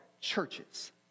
churches